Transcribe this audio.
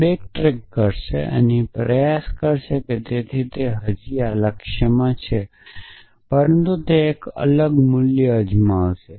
તે બેકટ્રેક કરશે અને અહીં પ્રયાસ કરશે તેથી તે હજી પણ આ લક્ષ્યમાં છે પરંતુ તે એક અલગ મૂલ્ય અજમાવશે